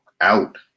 out